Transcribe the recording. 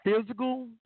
physical